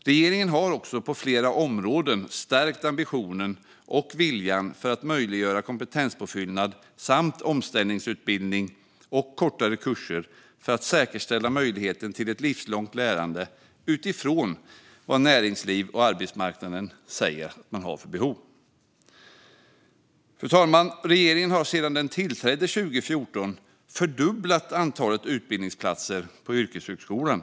Regeringen har på flera områden stärkt ambitionen och viljan att möjliggöra kompetenspåfyllnad samt omställningsutbildning och kortare kurser för att säkerställa möjligheten till ett livslångt lärande utifrån vad man från näringsliv och arbetsmarknad säger att man har för behov. Fru talman! Regeringen har sedan den tillträdde 2014 fördubblat antalet utbildningsplatser på yrkeshögskolan.